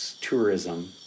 tourism